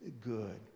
good